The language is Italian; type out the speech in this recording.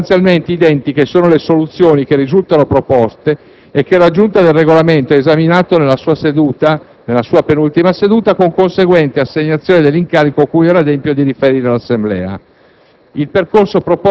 Come sostanzialmente identiche sono le soluzioni che risultano proposte e che la Giunta per il Regolamento ha esaminato nella sua penultima seduta, con conseguente assegnazione dell'incarico - cui ora adempio - di riferire all'Assemblea.